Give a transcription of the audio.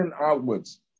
outwards